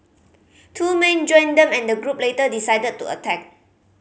two men joined them and the group later decided to attack